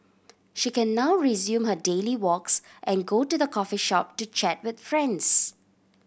she can now resume her daily walks and go to the coffee shop to chat with friends